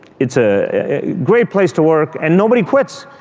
it's a great place to work and nobody quits.